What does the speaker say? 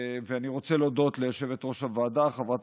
אני רוצה להודות ליושבת-ראש הוועדה חברת